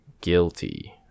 guilty